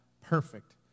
perfect